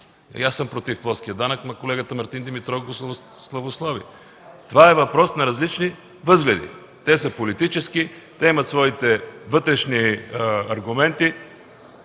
аз съм против плоския данък, но колегата Мартин Димитров гласува с многословие. Това е въпрос на различни възгледи – те са политически, те имат своите вътрешни аргументи.